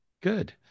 Good